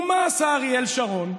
ומה עשה אריאל שרון?